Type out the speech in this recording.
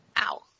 Ow